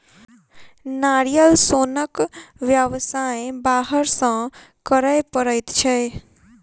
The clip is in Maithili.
नारियल सोनक व्यवसाय बाहर सॅ करय पड़ैत छै